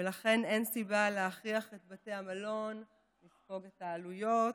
ולכן אין סיבה להכריח את בתי המלון לספוג את העלויות.